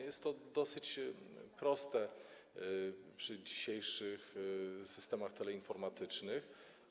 Jest to dosyć proste przy dzisiejszych systemach teleinformatycznych.